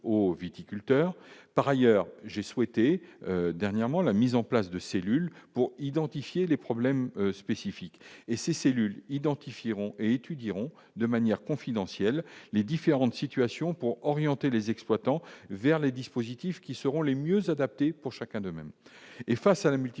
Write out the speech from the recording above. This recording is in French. aux viticulteurs, par ailleurs, j'ai souhaité dernièrement la mise en place de cellules pour identifier les problèmes spécifiques et ces cellules identifieront étudieront de manière confidentielle, les différentes situations pour orienter les exploitants vers les dispositifs qui seront les mieux adaptés pour chacun d'eux mêmes et face à la multiplication